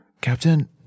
Captain